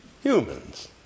humans